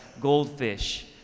goldfish